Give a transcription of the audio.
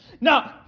No